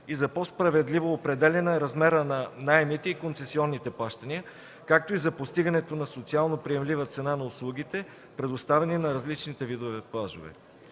и за по-справедливо определяне размера на наемите и концесионните плащания, както и за постигането на социално приемлива цена на услугите, предоставяни на различните видове плажове.